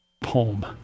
poem